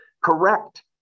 correct